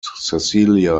cecilia